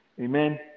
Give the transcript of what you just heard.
Amen